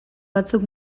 batzuk